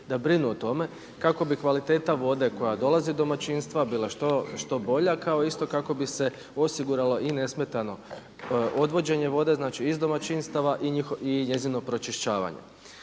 da brinu o tome kako bi kvaliteta vode koja dolazi u domaćinstva bila što bolja kao isto kako bi se osiguralo i nesmetano odvođenje vode. Znači iz domaćinstava i njezino pročišćavanje.